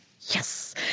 Yes